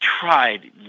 tried